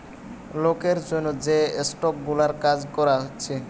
লোকের জন্যে যে স্টক গুলার কাজ হচ্ছে